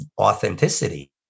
authenticity